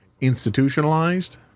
institutionalized